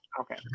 Okay